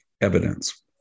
evidence